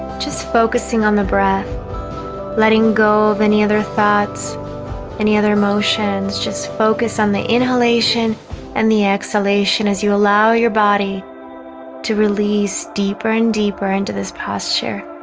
just focusing on the breath letting go of any other thoughts any other emotions just focus on the inhalation and the exhalation as you allow your body to? release deeper and deeper into this posture